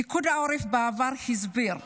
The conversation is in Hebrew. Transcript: פיקוד העורף הסביר בעבר: